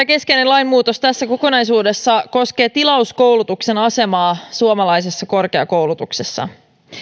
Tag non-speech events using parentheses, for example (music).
(unintelligible) keskeinen lainmuutos tässä kokonaisuudessa koskee tilauskoulutuksen asemaa suomalaisessa korkeakoulutuksessa